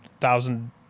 thousand